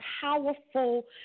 powerful